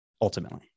Ultimately